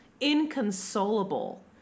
inconsolable